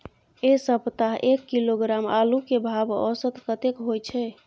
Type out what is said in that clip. ऐ सप्ताह एक किलोग्राम आलू के भाव औसत कतेक होय छै?